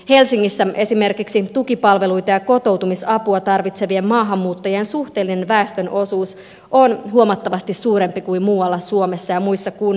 helsingissä esimerkiksi tukipalveluita ja kotoutumisapua tarvitsevien maahanmuuttajien suhteellinen väestön osuus on huomattavasti suurempi kuin muualla suomessa ja muissa kunnissa